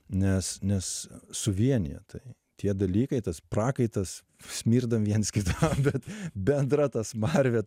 nes nes suvienija tai tie dalykai tas prakaitas smirdam viens kitą bet bendra ta smarvė